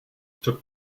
took